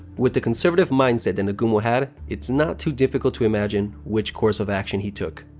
with the conservative mindset that nagumo had, it's not too difficult to imagine which course of action he took.